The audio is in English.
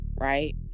right